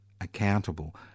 accountable